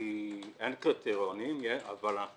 אין קריטריונים, אבל אנחנו